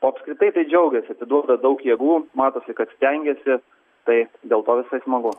o apskritai tai džiaugiasi atiduoda daug jėgų matosi kad stengiasi tai dėl to visai smagu